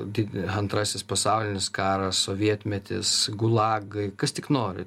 di antrasis pasaulinis karas sovietmetis gulagai kas tik nori